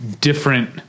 different